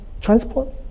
transport